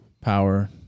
power